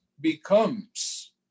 becomes